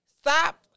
Stop